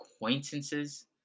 acquaintances